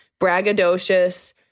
braggadocious